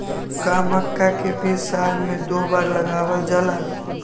का मक्का के बीज साल में दो बार लगावल जला?